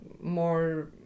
more